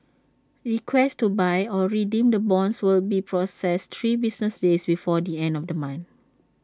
requests to buy or redeem the bonds will be processed three business days before the end of the month